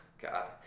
God